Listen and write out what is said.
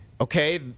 Okay